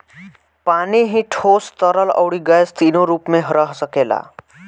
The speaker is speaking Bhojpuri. पानी ही ठोस, तरल, अउरी गैस तीनो रूप में रह सकेला